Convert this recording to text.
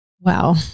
Wow